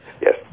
Yes